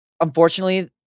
unfortunately